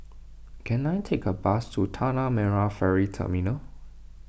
can I take a bus to Tanah Merah Ferry Terminal